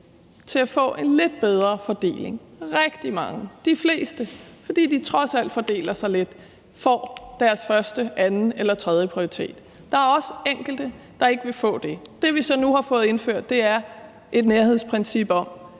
til at få en lidt bedre fordeling. Rigtig mange, de fleste – fordi de trods alt fordeler sig lidt – får deres første-, anden- eller tredjeprioritet. Der er også enkelte, der ikke vil få det. Det, vi så nu har fået indført, er et nærhedsprincip om,